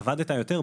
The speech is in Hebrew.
עבדת יותר,